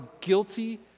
guilty